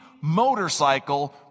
motorcycle